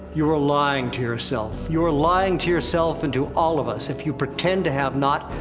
you are lying to yourself. you are lying to yourself and to all of us, if you pretend to have not.